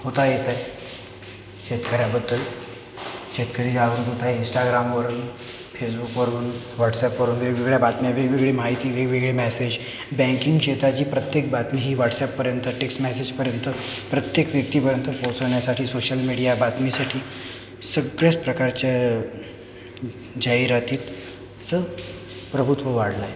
होत आहे त्या शेतकऱ्याबद्दल शेतकरी जागृत होत आहे इंस्टाग्रामवरून फेसबुकवरून व्हाट्सॲपवरून वेगवेगळ्या बातम्या वेगवेगळी माहिती वेगवेगळे मॅसेज बँकिंग क्षेत्राची प्रत्येक बातमी ही व्हाट्सॲपपर्यंत टेक्स मॅसेजपर्यंत प्रत्येक व्यक्तीपर्यंत पोचवण्यासाठी सोशल मीडिया बातमीसाठी सगळ्याच प्रकारच्या जाहिरातीचं प्रभुत्व वाढलं आहे